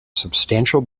substantial